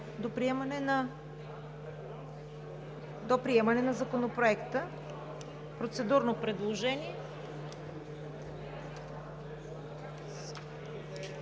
до приемане на Законопроекта. Процедурно предложение.